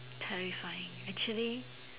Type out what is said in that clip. terrifying actually